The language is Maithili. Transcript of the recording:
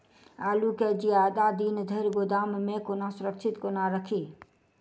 आलु केँ जियादा दिन धरि गोदाम मे कोना सुरक्षित कोना राखि?